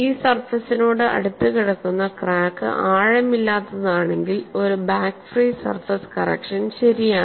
ഈ സർഫസിനോട് അടുത്ത് കിടക്കുന്ന ക്രാക്ക് ആഴമില്ലാത്തതാണെങ്കിൽ ഒരു ബാക് ഫ്രീ സർഫസ് കറക്ഷൻ ശരിയാണ്